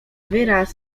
wyraz